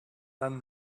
than